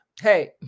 Hey